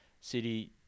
city